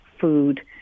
food